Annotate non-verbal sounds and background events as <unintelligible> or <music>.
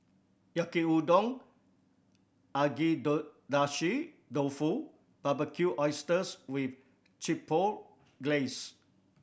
Yaki Udon <unintelligible> dofu and Barbecued Oysters with Chipotle Glaze